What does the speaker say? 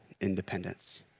independence